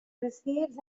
receives